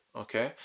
okay